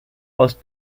aus